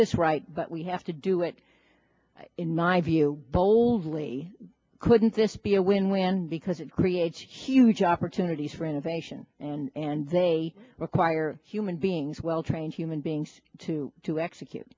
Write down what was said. this right but we have to do it in my view boldly couldn't this be a win win because it creates huge opportunities for innovation and they require human beings well trained human beings to to execute